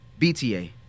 BTA